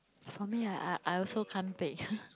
for me I I I also can't bake